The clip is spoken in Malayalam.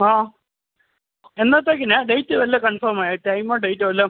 ആ എന്നത്തേക്കിനാണ് ഡെയ്റ്റ് വല്ലതും കൺഫേമായോ ടൈമോ ഡെയ്റ്റോ വല്ലതും